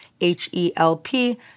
H-E-L-P